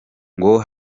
ngo